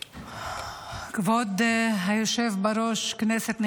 כבוד היושב בראש, כנסת נכבדה,